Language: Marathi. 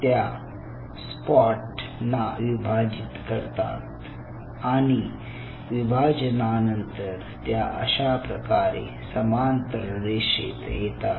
त्या स्पॉट ना विभाजित करतात आणि विभाजनानंतर त्या अशाप्रकारे समांतर रेषेत येतात